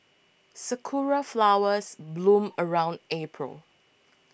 sakura flowers bloom around April